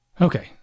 Okay